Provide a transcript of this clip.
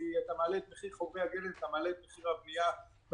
כאשר אתה מעלה את מחיר חומרי הגלם אתה מעלה את מחיר הבנייה והתשתיות.